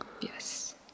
Yes